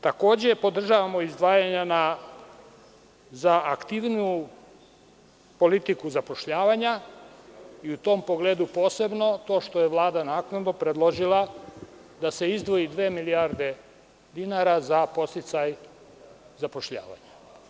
Takođe, podržavamo izdvajanja za aktivniju politiku zapošljavanja i u tom pogledu posebno, to što je Vlada naknadno predložila, da se izdvoji dve milijarde dinara za podsticaj zapošljavanja.